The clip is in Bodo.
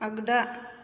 आगदा